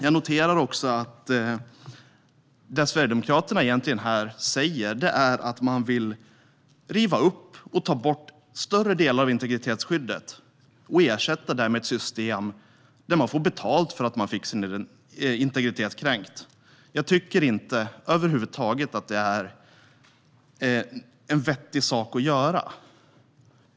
Jag noterar också att det Sverigedemokraterna egentligen säger är att de vill riva upp och ta bort större delen av integritetsskyddet och ersätta det med ett system där man får betalt för att man fått sin integritet kränkt. Jag tycker inte att det är vettigt över huvud taget.